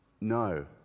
No